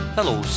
Hello